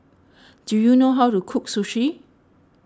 do you know how to cook Sushi